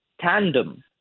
tandem